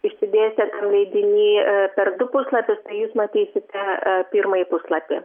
išsidėstęs leidiny per du puslapius tai jūs matysite pirmąjį puslapį